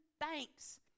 thanks